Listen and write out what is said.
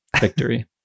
victory